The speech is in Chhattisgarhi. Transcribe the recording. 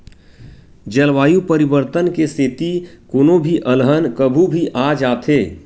जलवायु परिवर्तन के सेती कोनो भी अलहन कभू भी आ जाथे